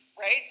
right